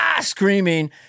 screaming